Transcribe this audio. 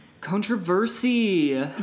Controversy